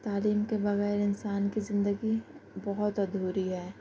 تعلیم کے بغیر اِنسان کی زندگی بہت ادھوری ہے